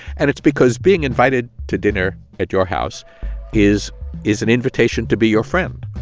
and it's because being invited to dinner at your house is is an invitation to be your friend.